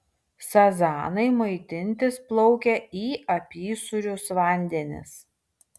sazanai maitintis plaukia į apysūrius vandenis